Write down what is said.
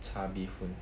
char bee hoon